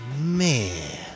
Man